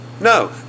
No